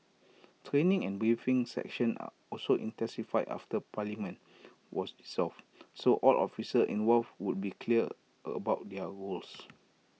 training and briefing session are also intensified after parliament was solved so all officer involved would be clear about their roles